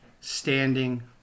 standing